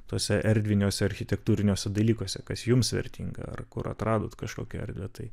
tuose erdviniuose architektūriniuose dalykuose kas jums vertinga ar kur atradot kažkokią erdvę tai